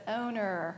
owner